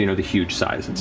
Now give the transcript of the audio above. you know the huge size. and